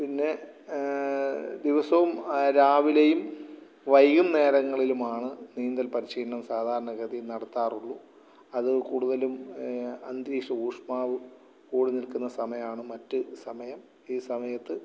പിന്നെ ദിവസവും രാവിലെയും വൈകുന്നേരങ്ങളിലുമാണ് നീന്തൽ പരിശീലനം സാധാരണ ഗതിയിൽ നടത്താറുളളൂ അത് കൂടുതലും അന്തരീക്ഷ ഊഷ്മാവ് കൂടിനിൽക്കുന്ന സമയാണ് മറ്റ് സമയം ഈ സമയത്ത്